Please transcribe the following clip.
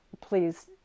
please